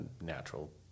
natural